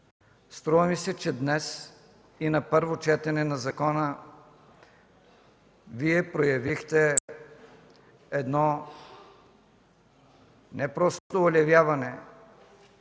струва ми се, че днес и на първо четене на закона, Вие проявихте едно не просто олевяване,